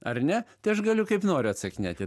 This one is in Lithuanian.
ar ne tai aš galiu kaip noriu atsakinėti